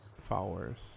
followers